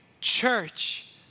church